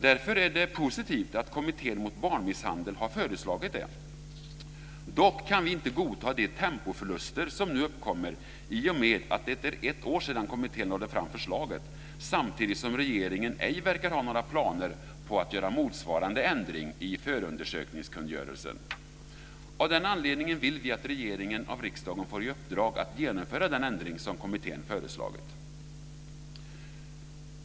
Därför är det positivt att Kommittén mot barnmisshandel har föreslagit det. Dock kan vi inte godta de tempoförluster som nu uppkommer i och med att det är ett år sedan kommittén lade fram förslaget, samtidigt som regeringen ej verkar ha några planer på att göra motsvarande ändring i förundersökningskungörelsen. Av den anledningen vill vi att regeringen av riksdagen får i uppdrag att genomföra den ändring som kommittén föreslagit.